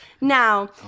Now